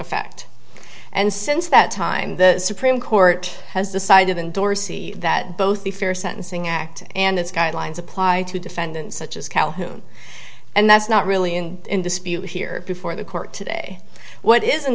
effect and since that time the supreme court has decided and dorsy that both be fair sentencing act and its guidelines apply to defendants such as calhoun and that's not really in dispute here before the court today what is